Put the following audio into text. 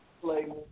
play